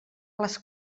les